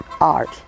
art